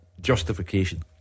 justification